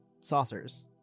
saucers